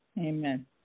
Amen